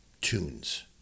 tunes